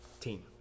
team